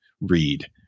read